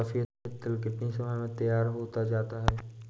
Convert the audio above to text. सफेद तिल कितनी समय में तैयार होता जाता है?